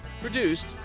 Produced